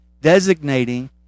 designating